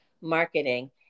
marketing